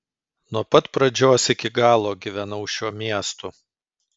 nuo pat pradžios iki galo gyvenau šiuo miestu